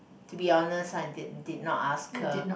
to be honest I did not ask her